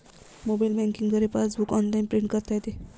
mobile banking द्वारे passbook online print करता येते